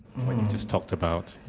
what you just talked about.